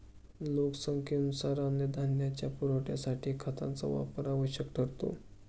लोकसंख्येनुसार अन्नधान्याच्या पुरवठ्यासाठी खतांचा वापर आवश्यक ठरतो